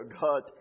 God